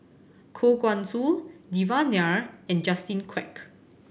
Koh Guan Song Devan Nair and Justin Quek